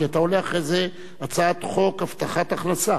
כי אתה עולה אחרי זה, הצעת חוק הבטחת הכנסה.